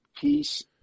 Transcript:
peace